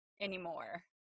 anymore